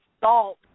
Salt